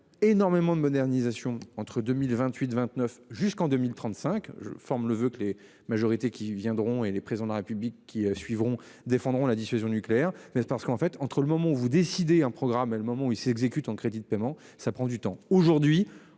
énormément de modernisation entre 2028 29 jusqu'en 2035. Je forme le voeu que les majorités qui viendront et les président de la République qui suivront défendront la dissuasion nucléaire mais parce qu'en fait, entre le moment où vous décidez un programme et le moment où il s'exécute en crédits de paiement ça prend du temps.